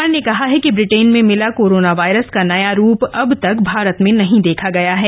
सरकार ने कहा है कि ब्रिटेन में मिला कोरोना वायरस का नया रूप अब तक भारत में नहीं देखा गया है